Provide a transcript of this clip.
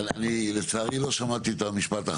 לצערי לא שמעתי את המשפט האחרון.